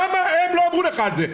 למה הם לא אמרו לך את זה?